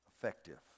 Effective